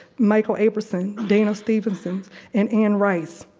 micheal aberson, dana stevenson and anne rice.